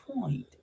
point